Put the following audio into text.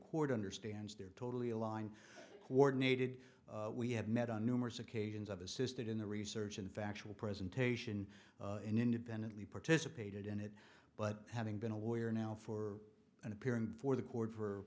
court understands they're totally aligned coordinated we have met on numerous occasions of assisted in the research and factual presentation independently participated in it but having been a lawyer now for appearing before the court for